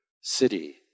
city